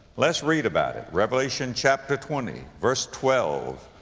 let's read about it, revelation chapter twenty verse twelve,